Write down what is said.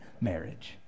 marriage